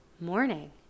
morning